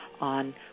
on